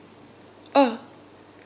oh